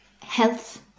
health